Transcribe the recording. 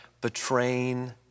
betraying